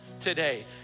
today